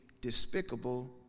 despicable